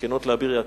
משכנות לאביר יעקב,